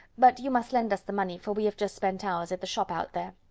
but you must lend us the money, for we have just spent ours at the shop out there.